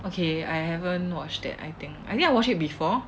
okay I haven't watched that I think I think I watch it before